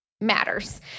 matters